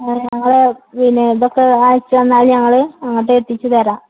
നിങ്ങള് പിന്നെ ഇതൊക്കെ അയച്ചുതന്നാല് ഞങ്ങള് അങ്ങോട്ട് എത്തിച്ചുതരാം